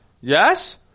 Yes